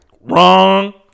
Wrong